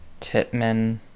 titman